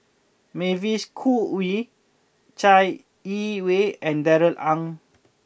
Mavis Khoo Oei Chai Yee Wei and Darrell Ang